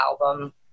album